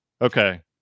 Okay